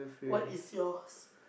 what is yours